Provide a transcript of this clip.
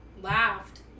Laughed